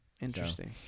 Interesting